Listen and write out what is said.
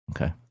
Okay